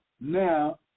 Now